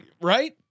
Right